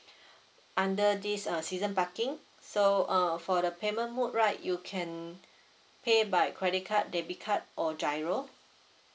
under this uh season parking so uh for the payment mode right you can pay by credit card debit card or giro